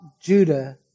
Judah